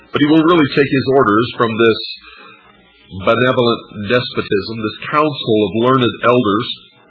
but he will really take his orders from this benevolent despotism, this council of learned elders